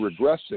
regressing